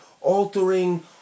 altering